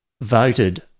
voted